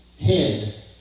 head